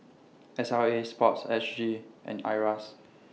S L A Sports S G and IRAS